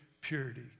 purity